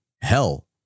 hell